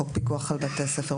בחוק פיקוח על בתי הספר.